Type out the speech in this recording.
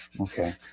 Okay